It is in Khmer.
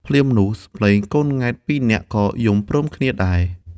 ភ្លាមនោះ សំលេងកូនង៉ែតពីរនាក់ក៏យំព្រមគ្នាដែរ ។